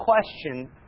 question